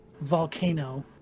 volcano